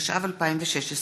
התשע"ו 2016,